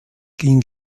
ging